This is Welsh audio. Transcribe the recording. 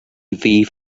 fydd